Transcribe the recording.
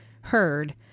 heard